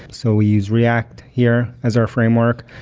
so we use react here as our framework.